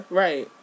right